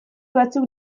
batzuk